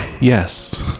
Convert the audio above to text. yes